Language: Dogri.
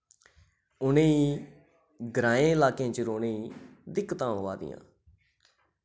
उ'नेई ग्राएं इलाके च रोह्ने ई दिक्कतां आवा दियां